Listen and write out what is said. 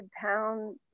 pound